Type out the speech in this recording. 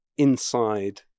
Inside